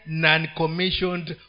non-commissioned